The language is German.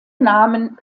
namen